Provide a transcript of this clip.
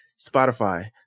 spotify